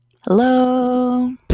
hello